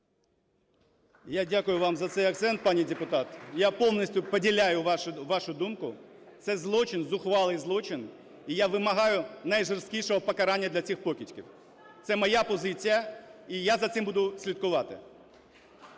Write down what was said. Я дякую вам за цей акцент, пані депутат. Я повністю поділяю вашу думку. Це злочин, зухвалий злочин. І я вимагаю найжорсткішого покарання для цих покидьків. Це моя позиція і я за цим буду слідкувати.